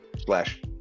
Slash